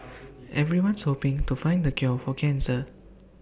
everyone's hoping to find the cure for cancer